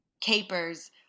capers